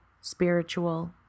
spiritual